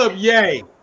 yay